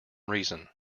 reason